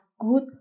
good